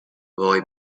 وای